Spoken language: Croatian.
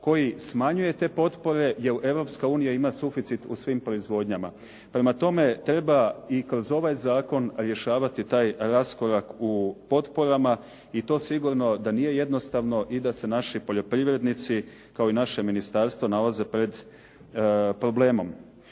koji smanjuje te potpore, jer Europska unija ima suficit u svim proizvodnjama. Prema tome, treba i kroz ovaj zakon rješavati ovaj raskorak u potporama i to sigurno da nije jednostavno i da se naši poljoprivrednici kao i naše ministarstvo nalaze pred problemom.